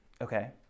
Okay